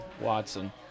Watson